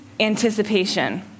anticipation